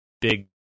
big